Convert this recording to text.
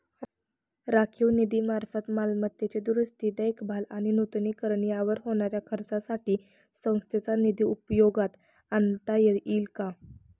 राखीव निधीमार्फत मालमत्तेची दुरुस्ती, देखभाल आणि नूतनीकरण यावर होणाऱ्या खर्चासाठी संस्थेचा निधी उपयोगात आणता येईल का?